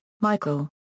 Michael